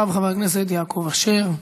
אחריו, חבר הכנסת יעקב אשר.